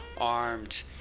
armed